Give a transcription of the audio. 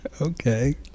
Okay